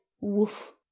woof